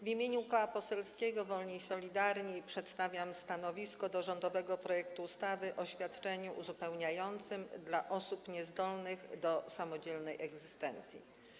W imieniu Koła Poselskiego Wolni i Solidarni przedstawiam stanowisko odnośnie do rządowego projektu ustawy o świadczeniu uzupełniającym dla osób niezdolnych do samodzielnej egzystencji.